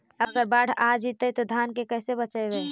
अगर बाढ़ आ जितै तो धान के कैसे बचइबै?